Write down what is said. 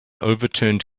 overturned